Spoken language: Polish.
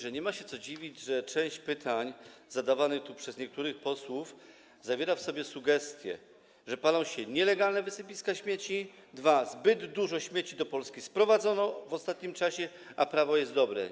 Nie nie ma się co dziwić, że część pytań zadawanych tu przez niektórych posłów zawiera w sobie sugestię, że, po pierwsze, palą się nielegalne wysypiska śmieci, po drugie, zbyt dużo śmieci do Polski sprowadzono w ostatnim czasie, ale prawo jest dobre.